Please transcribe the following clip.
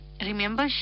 Remember